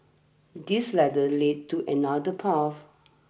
this ladder leads to another path